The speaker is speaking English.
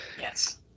Yes